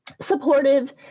supportive